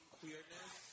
queerness